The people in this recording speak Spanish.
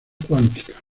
cuántica